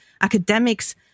academics